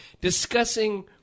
discussing